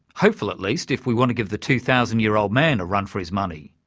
hopeful, at least, if we want to give the two thousand year old man a run for his money.